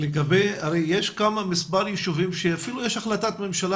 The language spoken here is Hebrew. יש מספר ישובים שאפילו יש החלטת ממשלה